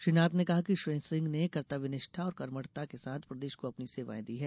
श्री नाथ ने कहा कि श्री सिंह ने कर्तव्यनिष्ठा और कर्मठता के साथ प्रदेश को अपनी सेवाएँ दी हैं